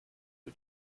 für